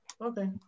okay